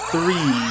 Three